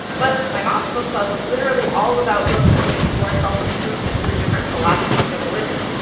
but my mom's book club was literally all about books that would explore self-improvement through different philosophies and religions,